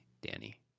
Danny